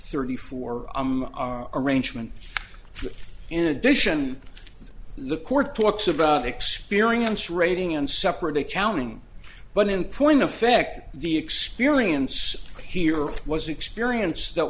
thirty four hour arrangement in addition to the court talks about experience rating and separate accounting but in point effect the experience here was experience that